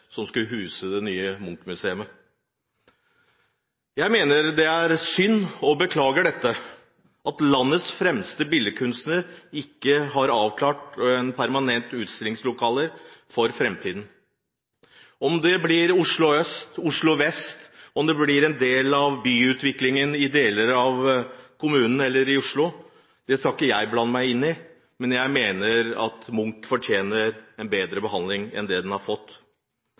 som skulle huse det nye Munch-museet. Jeg mener det er synd, og jeg beklager at man for landets fremste billedkunstner ikke har avklart permanente utstillingslokaler for framtiden. Om det blir i Oslo øst eller Oslo vest, eller om det blir en del av byutviklingen i deler av kommunen, skal ikke jeg blande meg inn i, men jeg mener at Munch fortjener en bedre behandling enn den han har fått.